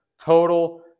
total